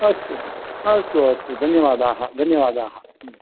अस्तु अस्तु अस्तु धन्यवादाः धन्यवादाः